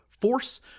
force